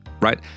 right